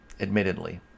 admittedly